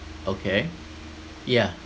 okay yeah